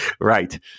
Right